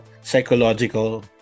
psychological